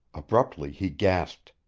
abruptly he gasped.